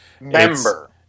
Member